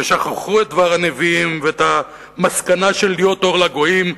ושכחו את דבר הנביאים ואת המסקנה של להיות אור לגויים,